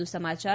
વધુ સમાયાર